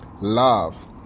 love